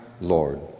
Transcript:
Lord